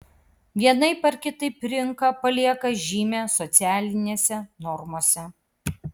vienaip ar kitaip rinka palieka žymę socialinėse normose